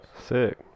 Sick